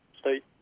state